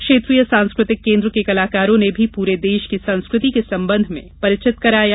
क्षेत्रीय सांस्कृतिक केन्द्र के कलाकारों ने भी पूरे देश की संस्कृति के संबंध में परिचित कराया